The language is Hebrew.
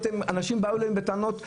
אנשים באו אלינו בטענות ואמרנו: